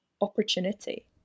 opportunity